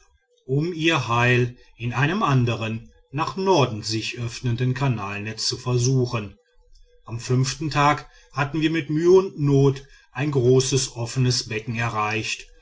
um ihr heil in einem andern nach norden zu sich öffnenden kanalnetz zu versuchen am fünften tag hatten wir mit mühe und not ein großes offenes becken erreicht